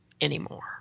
anymore